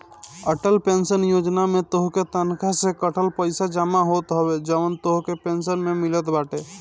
Atal pension Yojana में तोहरे तनखा से कटल पईसा जमा होत हवे जवन तोहके पेंशन में मिलत बाटे